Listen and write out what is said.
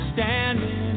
Standing